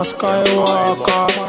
Skywalker